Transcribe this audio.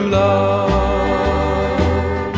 love